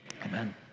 Amen